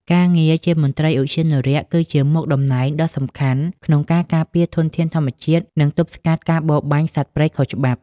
ការងារជាមន្ត្រីឧទ្យានុរក្ស គឺជាមុខតំណែងដ៏សំខាន់ក្នុងការការពារធនធានធម្មជាតិ និងទប់ស្កាត់ការបរបាញ់សត្វព្រៃខុសច្បាប់។